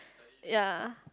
ya